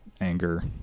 anger